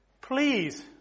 please